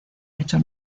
hecho